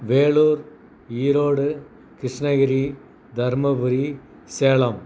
Vellore Erode Krishnagiri Dharmapuri Salem